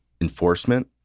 enforcement